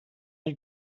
you